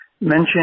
mention